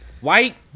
White